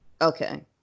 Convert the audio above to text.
Okay